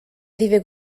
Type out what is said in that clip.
vive